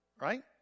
Right